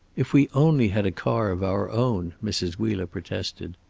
if we only had a car of our own mrs. wheeler protested.